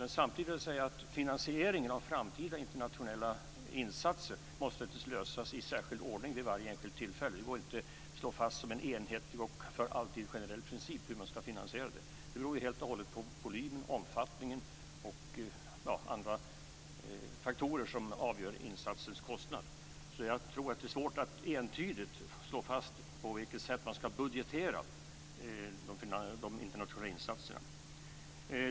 Men samtidigt vill jag säga att finansieringen av framtida internationella insatser måste lösas i särskild ordning vid varje enskilt tillfälle. Det går inte att slå fast en enhetlig och för alltid generell princip för finansieringen. Volym, omfattning och andra faktorer avgör insatsens kostnad. Det är svårt att entydigt slå fast på vilket sätt man ska budgetera de internationella insatserna.